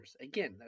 Again